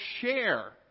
share